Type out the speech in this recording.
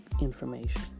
information